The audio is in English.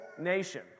nation